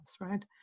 right